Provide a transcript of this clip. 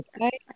Okay